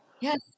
Yes